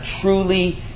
truly